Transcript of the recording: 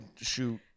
shoot